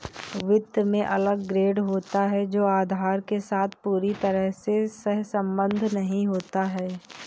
वित्त में अलग ग्रेड होता है जो आधार के साथ पूरी तरह से सहसंबद्ध नहीं होता है